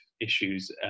issues